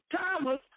Thomas